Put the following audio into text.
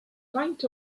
faint